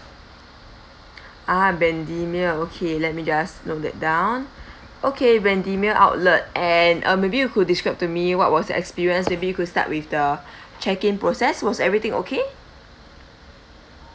ah bendemeer okay let me just note that down okay bendemeer outletand uh maybe you could describe to me what was your experience maybe you could start with the check in process was everything okay